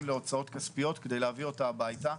להוצאות כספיות כדי להביא אותה הבייתה,